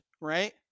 right